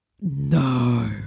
no